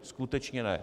Skutečně ne.